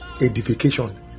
edification